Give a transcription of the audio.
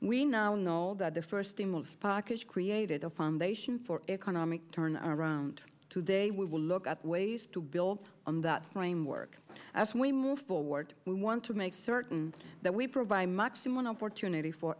we now know that the first stimulus package created a foundation for economic turn around today we will look at ways to build on that framework as we move forward we want to make certain that we provide much someone opportunity for